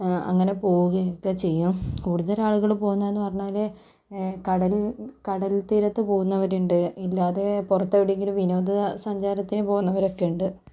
അങ്ങനെ പോകുകയൊക്കെ ചെയ്യും കൂടുതൽ ആളുകൾ പോകുന്നേന്ന് പറഞ്ഞാൽ കടലിൽ കടൽതീരത്ത് പോകുന്നവരുണ്ട് ഇല്ലാതെ പുറത്ത് എവിടെയെങ്കിലും വിനോദ സഞ്ചാരത്തിന് പോകുന്നവരൊക്കെ ഉണ്ട്